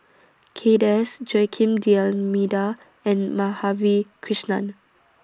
Kay Das Joaquim D'almeida and Madhavi Krishnan